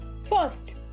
First